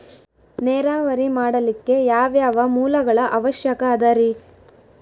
ನೇರಾವರಿ ಮಾಡಲಿಕ್ಕೆ ಯಾವ್ಯಾವ ಮೂಲಗಳ ಅವಶ್ಯಕ ಅದರಿ?